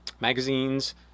magazines